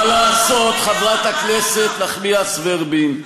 מה לעשות, מה לעשות, חברת הכנסת נחמיאס ורבין,